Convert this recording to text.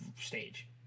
stage